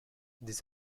des